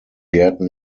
gärten